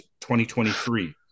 2023